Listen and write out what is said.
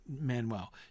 Manuel